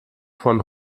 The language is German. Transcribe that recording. von